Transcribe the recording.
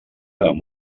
amb